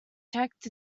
checked